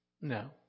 No